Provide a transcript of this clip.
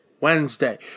Wednesday